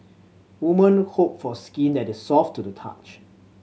woman hope for skin that is soft to the touch